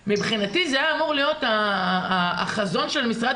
מבחינתי זה היה אמור להיות החזון של משרד